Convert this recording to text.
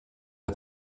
der